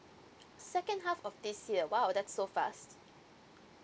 second half of this year !wow! that so fast